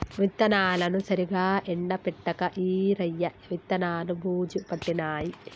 విత్తనాలను సరిగా ఎండపెట్టక ఈరయ్య విత్తనాలు బూజు పట్టినాయి